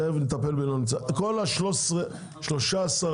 תכף נטפל במי שלא נמצא.